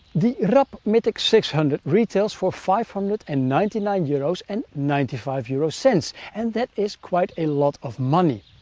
the rab mythic six hundred retails for five hundred and ninety nine euros and ninety five euro cents, and that is quite a lot of money.